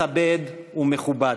מכבד ומכובד.